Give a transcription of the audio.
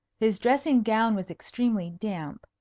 his dressing-gown was extremely damp,